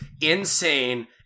insane